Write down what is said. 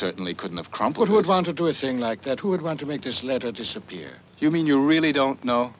certainly couldn't of complet would want to do a thing like that who would want to make this letter disappear you mean you really don't know